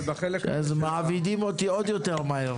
אז מעבידים אותי עוד יותר מהר.